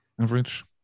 average